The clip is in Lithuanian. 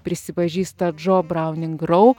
prisipažįsta džo brauning rau